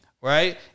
right